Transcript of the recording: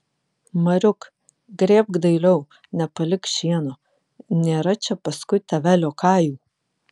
mariuk grėbk dailiau nepalik šieno nėra čia paskui tave liokajų